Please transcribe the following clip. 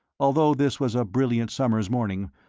although this was a brilliant summer's morning,